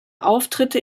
auftritte